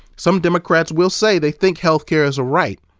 some democrats will say they think health care is a right,